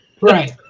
right